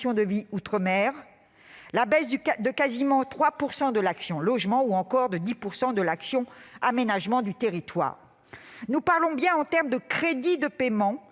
de vie outre-mer », de quasiment 3 % de l'action Logement ou encore de 10 % de l'action Aménagement du territoire. Nous parlons de crédits de paiement.